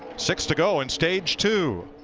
six to go in stage two.